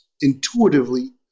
intuitively